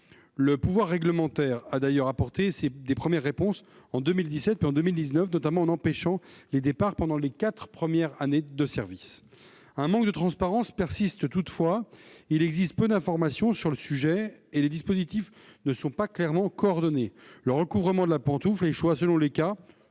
Le pouvoir réglementaire a apporté de premières réponses en 2017, puis 2019, notamment en empêchant les départs pendant les quatre premières années de service. Un manque de transparence persiste toutefois. Il existe peu d'informations sur le sujet, et les dispositifs ne sont pas clairement coordonnés : le recouvrement de la pantoufle échoit, selon le cas,